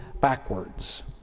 backwards